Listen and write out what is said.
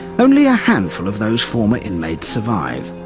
only a handful of those former inmates survive,